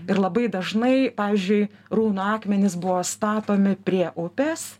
ir labai dažnai pavyzdžiui runų akmenys buvo statomi prie upės